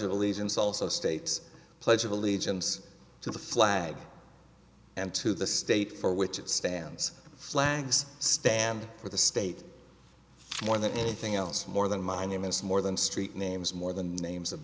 of allegiance also states pledge of allegiance to the flag and to the state for which it stands flags stand for the state more than anything else more than my name is more than street names more than names of